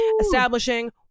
establishing